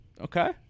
Okay